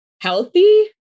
healthy